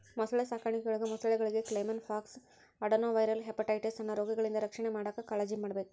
ಮೊಸಳೆ ಸಾಕಾಣಿಕೆಯೊಳಗ ಮೊಸಳೆಗಳಿಗೆ ಕೈಮನ್ ಪಾಕ್ಸ್, ಅಡೆನೊವೈರಲ್ ಹೆಪಟೈಟಿಸ್ ಅನ್ನೋ ರೋಗಗಳಿಂದ ರಕ್ಷಣೆ ಮಾಡಾಕ್ ಕಾಳಜಿಮಾಡ್ಬೇಕ್